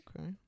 Okay